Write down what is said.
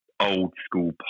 old-school